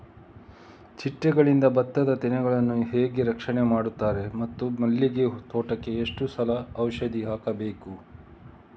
ಚಿಟ್ಟೆಗಳಿಂದ ಭತ್ತದ ತೆನೆಗಳನ್ನು ಹೇಗೆ ರಕ್ಷಣೆ ಮಾಡುತ್ತಾರೆ ಮತ್ತು ಮಲ್ಲಿಗೆ ತೋಟಕ್ಕೆ ಎಷ್ಟು ಸಲ ಔಷಧಿ ಹಾಕಬೇಕು?